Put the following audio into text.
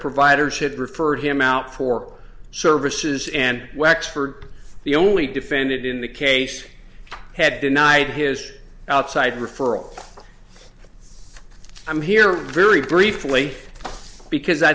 providers had referred him out for services and wexford the only defended in the case had denied his outside referral i'm here very briefly because i